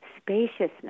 spaciousness